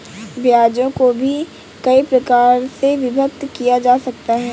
ब्याजों को भी कई प्रकार से विभक्त किया जा सकता है